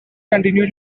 continue